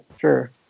Sure